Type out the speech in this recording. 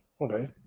Okay